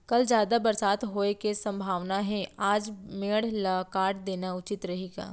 कल जादा बरसात होये के सम्भावना हे, आज मेड़ ल काट देना उचित रही का?